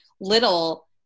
little